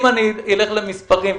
אם אני אלך למספרים,